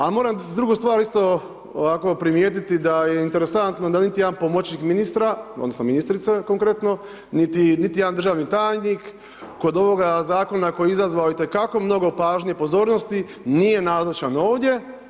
Ali moram drugu stvar ovako primijetiti, da je interesantno da niti jedan pomoćnik ministra odnosno ministrice konkretno niti jedan državni tajnik kod ovoga zakona koji je izazvao itekako mnogo pažnje i pozornosti nije nazočan ovdje.